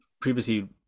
previously